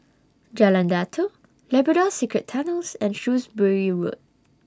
Jalan Datoh Labrador Secret Tunnels and Shrewsbury Road